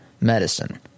medicine